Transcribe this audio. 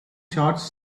shots